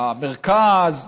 מהמרכז,